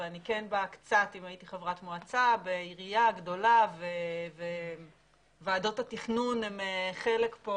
אבל הייתי חברת מועצה בעירייה גדולה וועדות התכנון הן חלק.